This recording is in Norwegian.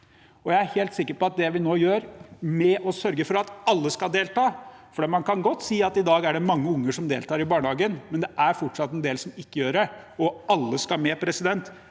Jeg er helt sikker på at hun tar feil om det vi nå gjør med å sørge for at alle skal delta. Man kan godt si at det i dag er mange unger som deltar i barnehagen, men det er fortsatt en del som ikke gjør det. Alle skal med, derfor